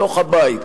בתוך הבית,